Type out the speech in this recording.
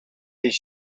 this